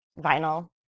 vinyl